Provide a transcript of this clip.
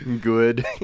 good